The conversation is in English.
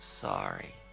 sorry